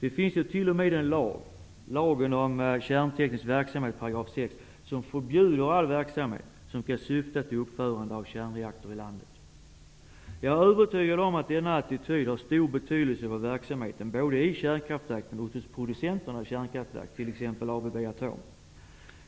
Det finns ju t.o.m. en lagbestämmelse, Lagen om kärnteknisk verksamhet, 6 §, som förbjuder all verksamhet som kan syfta till uppförande av en kärnreaktor i landet. Jag är övertygad om att denna attityd har stor betydelse för verksamheten både i kärnkraftverken och hos producenterna av kärnkraftverk, t.ex. ABB Atom.